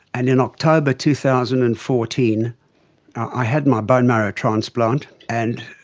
and in october two thousand and fourteen i had my bone marrow transplant and,